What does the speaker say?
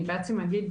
אני בעצם אגיד,